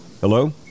Hello